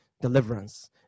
deliverance